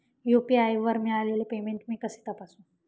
UPI वर मिळालेले payment मी कसे तपासू?